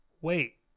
wait